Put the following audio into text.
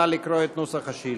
נא לקרוא את נוסח השאילתה.